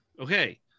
Okay